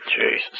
Jesus